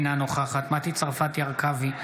אינה נוכחת מטי צרפתי הרכבי,